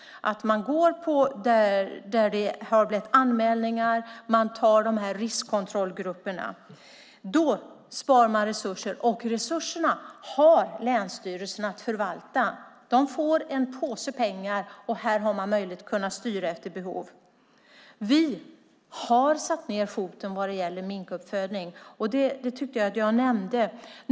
Man går där det har blivit anmälningar, och man tar riskkontrollgrupperna. Då sparar man resurser. Länsstyrelserna förvaltar resurserna. De får en påse pengar och har möjlighet att styra efter behov. Vi har satt ned foten vad gäller minkuppfödning, vilket jag nämnde.